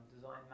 Design